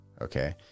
okay